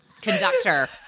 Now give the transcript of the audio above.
conductor